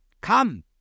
Come